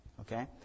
okay